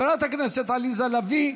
חברת הכנסת עליזה לביא,